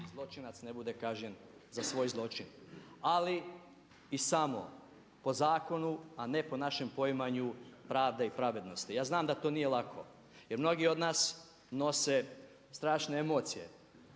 zločinac ne bude kažnjen za svoj zločin. Ali i samo po zakonu, a ne po našem poimanju pravde i pravednosti. Ja znam da to nije lako jer mnogi od nas nose strašne emocije,